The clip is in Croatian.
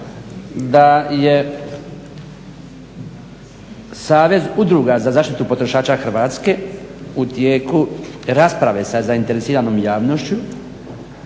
da je Savez udruga za zaštitu potrošača Hrvatske u tijeku rasprave sa zainteresiranom javnošću